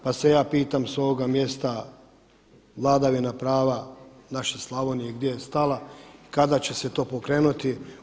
Pa se ja pitam s ovoga mjesta vladavina prava naše Slavonije gdje je stala, kada će se to pokrenuti?